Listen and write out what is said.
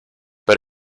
but